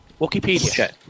Wikipedia